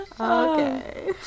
Okay